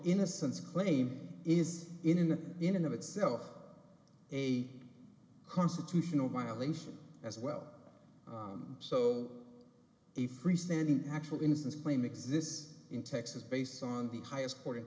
innocence claim is in the in and of itself a constitutional violation as well so a freestanding actual innocence claim exists in texas based on the highest court in